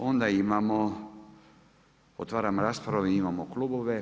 Onda imamo, otvaram raspravu, imamo klubove.